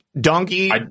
donkey